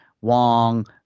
Wong